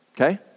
Okay